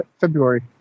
february